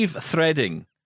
threading